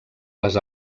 les